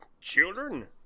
children